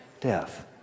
Death